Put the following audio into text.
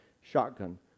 shotgun